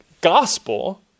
gospel